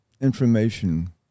information